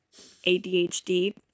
adhd